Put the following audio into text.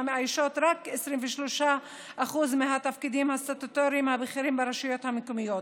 והן מאיישות רק 23% מהתפקידים הסטטוטוריים הבכירים ברשויות המקומיות.